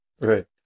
Right